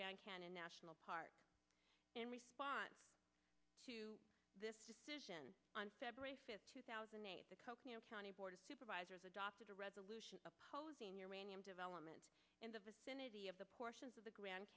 grand canyon national park in response to this decision on february fifth two thousand and eight the coconino county board of supervisors adopted a resolution opposing uranium development in the vicinity of the portions of the grand